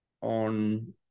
on